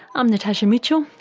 i'm natasha mitchell